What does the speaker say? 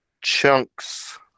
chunks